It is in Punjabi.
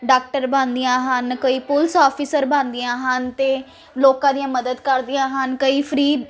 ਡਾਕਟਰ ਬਣਦੀਆਂ ਹਨ ਕੋਈ ਪੁਲਿਸ ਆਫਿਸਰ ਬਣਦੀਆਂ ਹਨ ਅਤੇ ਲੋਕਾਂ ਦੀਆਂ ਮਦਦ ਕਰਦੀਆਂ ਹਨ ਕਈ ਫਰੀ